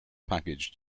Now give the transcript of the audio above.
package